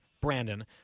Brandon